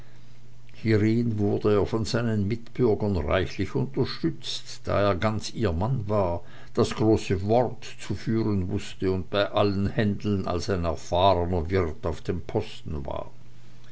wurde er von seinen mitbürgern reichlich unterstützt da er ganz ihr mann war das große wort zu führen wußte und bei allen händeln als ein erfahrner wirt auf dem posten war